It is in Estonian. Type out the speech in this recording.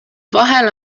vahel